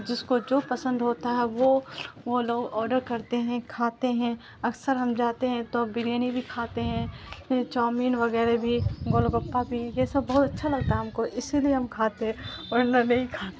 جس کو جو پسند ہوتا ہے وہ وہ لوگ آڈر کرتے ہیں کھاتے ہیں اکثر ہم جاتے ہیں تو بریانی بھی کھاتے ہیں چاؤمین وغیرہ بھی گول گپا بھی یہ سب بہت اچھا لگتا ہے ہم کو اسی لیے ہم کھاتے ہیں اورلہ نہیں کھاتے